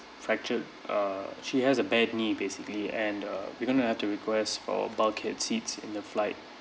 fractured err she has a bad knee basically and uh we gonna have to request for bulkhead seats in the flight